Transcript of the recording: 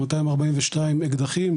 242 אקדחים,